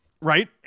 right